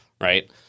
Right